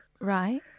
Right